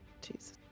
Jesus